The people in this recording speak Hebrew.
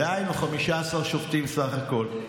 דהיינו, 15 שופטים בסך הכול.